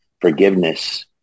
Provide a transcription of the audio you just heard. forgiveness